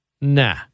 Nah